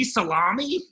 Salami